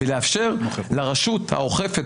ולאפשר לרשות האוכפת,